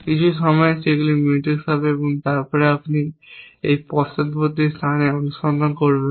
কিছু সময়ে সেগুলি মিউটেক্স হবে এবং তারপরে আপনি একটি পশ্চাদগামী স্থানে অনুসন্ধান করবেন